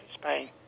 Spain